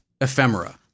ephemera